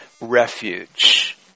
refuge